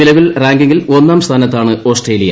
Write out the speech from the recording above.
നിലവിൽ റാങ്കിങ്ങിൽ ഒന്നാം സ്ഥാനത്താണ് ഓസ്ട്രേലിയ